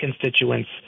constituents